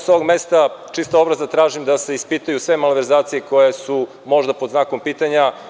Sa ovog mesta tražim da se ispitaju sve malverzacije koje su možda pod znakom pitanja.